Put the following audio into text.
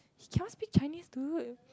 he cannot speak Chinese dude